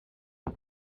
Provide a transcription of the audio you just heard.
aan